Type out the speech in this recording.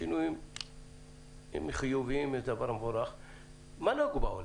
מה נהוג בעולם,